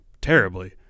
terribly